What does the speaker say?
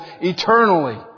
eternally